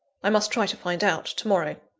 i must try to find out to-morrow.